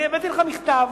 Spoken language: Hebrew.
אני הבאתי לך מכתב